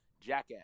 Jackass